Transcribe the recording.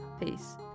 peace